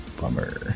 bummer